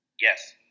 Yes